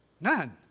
None